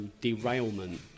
derailment